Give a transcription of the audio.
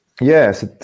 Yes